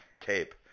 tape